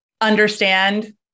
understand